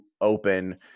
open